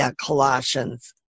Colossians